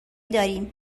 داریم